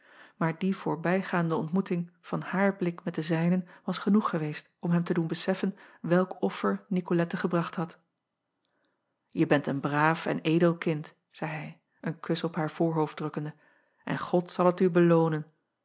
maar die voorbijgaande ontmoeting van haar blik met den zijnen was genoeg geweest om hem te doen beseffen welk offer icolette gebracht had e bent een braaf en edel kind zeî hij een kus op haar voorhoofd drukkende en od zal het u loonen